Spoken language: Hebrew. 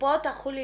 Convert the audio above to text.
קופות החולים,